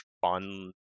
fun